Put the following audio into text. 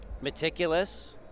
meticulous